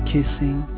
Kissing